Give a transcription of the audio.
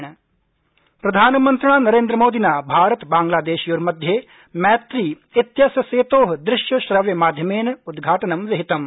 मैत्री सेत् प्रधानमन्त्रिणा नरेन्द्रमोदिना भारत बांग्लादेशयोर्मध्ये मैत्री इत्यस्य सेतो दृश्य श्रव्य माध्यमेन उद्घाटनम् विहितम्